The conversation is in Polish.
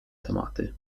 tematy